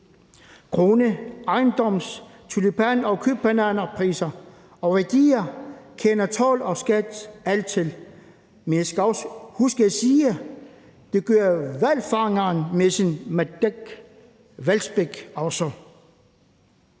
Grund-, ejendoms-, tulipan- og bananpriser og værdier kender Told og Skat alt til, men jeg skal også huske at sige, at det gør hvalfangeren med sin mattak, hvalspæk, også!